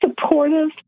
supportive